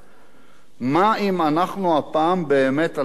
מה אם אנחנו הפעם באמת על סף שבר?